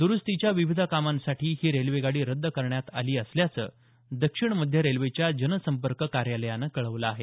द्रुस्तीच्या विविध कामांसाठी ही रेल्वेगाडी रद्द करण्यात आली असल्याचं दक्षिण मध्य रेल्वेच्या जनसंपर्क कार्यालयानं कळवलं आहे